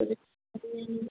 അത് അതുകഴിഞ്ഞ്